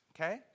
Okay